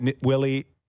Willie